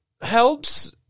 helps